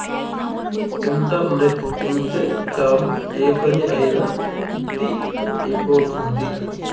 internet ఉంటే చాలు ఏ పని అయినా ఇట్టి అయిపోతుంది